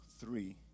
three